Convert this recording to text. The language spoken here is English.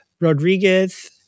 Rodriguez